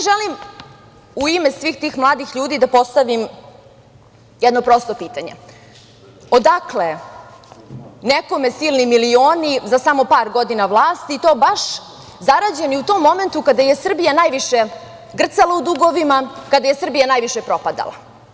Želim u ime svih tih mladih ljudi da postavim jedno prosto pitanje – odakle nekome silni miliona za samo par godina vlasti i to baš zarađeni u tom momentu kada je Srbija najviše grcala u dugovima, kada je Srbija najviše propadala.